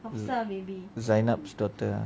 zaynab daughter